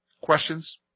Questions